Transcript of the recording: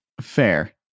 Fair